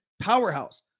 powerhouse